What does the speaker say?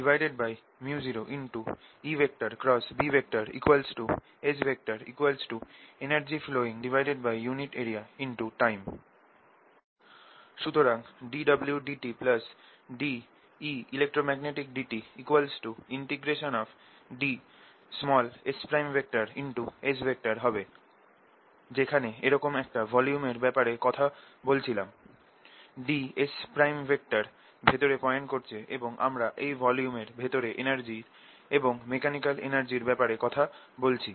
1µ0EBS energy flowingarea×time সুতরাং dwdt ddtEelectromagnetic dsS হবে যেখানে এরকম একটা ভলিউমের ব্যাপারে কথা বলছিলাম ds ভেতরে পয়েন্ট করছে এবং আমরা এই ভলিউমের ভেতরে এনার্জি এবং মেকানিকাল এনার্জির ব্যাপারে কথা বলছি